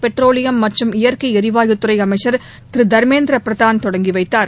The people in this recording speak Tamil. பெட்ரோலியம் மற்றும் இயற்கை எரிவாயு துறை அமைச்சர் திரு தர்மேந்திர பிரதான் தொடங்கி வைத்தார்